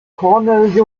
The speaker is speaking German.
cornell